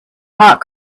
hot